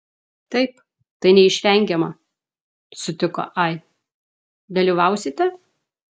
taip tai neišvengiama sutiko ai dalyvausite